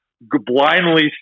blindly